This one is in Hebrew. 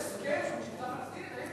יש הסכם של שליטה פלסטינית?